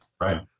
Right